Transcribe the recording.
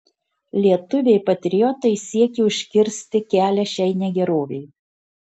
lietuviai patriotai siekė užkirsti kelią šiai negerovei